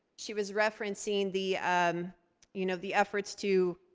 she was referencing the um you know the efforts to